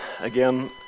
again